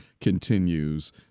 continues